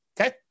Okay